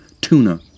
Tuna